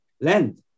land